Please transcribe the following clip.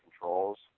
controls